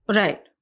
right